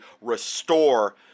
restore